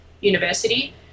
university